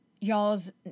y'all's